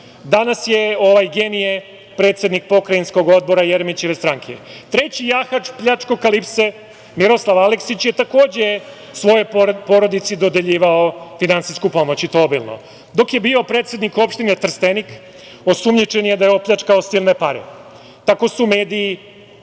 Danas je ovaj genije predsednik pokrajinskog odbora Jeremićeve stranke. Treći jahač pljačkokalipse Miroslav Aleksić je takođe svojoj porodici dodeljivao finansijsku pomoć, i to obilno. Dok je bio predsednik opštine Trstenik, osumnjičen je da je opljačkao silne pare. Tako su mediji